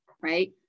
right